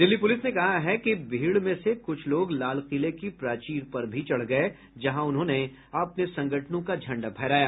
Delhi police ने कहा है कि भीड़ में से कुछ लोग लालकिले की प्राचीर पर भी चढ़ गए जहां उन्होंने अपने संगठनों का झंडा फहराया